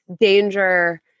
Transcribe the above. danger